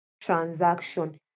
transaction